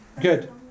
Good